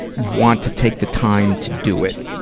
want to take the time to do it.